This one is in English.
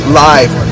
live